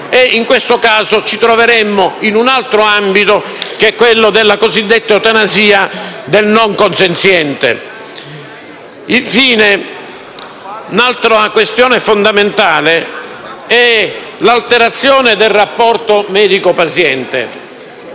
in questo caso, ci troveremmo in un altro ambito, che è quello della cosiddetta eutanasia del non consenziente. Infine, un'altra questione fondamentale è l'alterazione del rapporto medico-paziente.